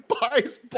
buys